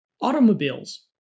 automobiles